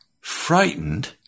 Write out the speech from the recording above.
frightened